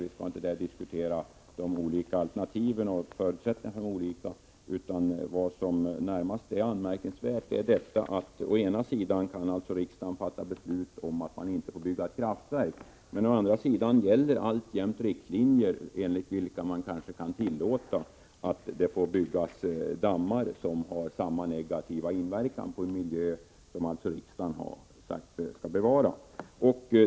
Vi skall inte diskutera de olika alternativen och förutsättningarna för dem. Vad som närmast är anmärkningsvärt är att riksdagen alltså å ena sidan kan fatta beslut om att man inte får bygga ett kraftverk och å andra sidan att riktlinjer alltjämt gäller enligt vilka det kanske kan tillåtas att det byggs dammar som har samma negativa inverkan på en miljö som riksdagen har sagt skall bevaras.